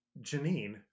Janine